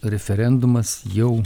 referendumas jau